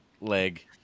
leg